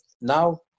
now